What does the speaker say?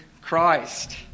Christ